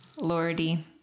Lordy